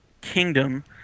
kingdom